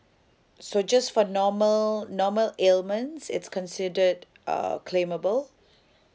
so just for normal normal ailments it's considered uh claimable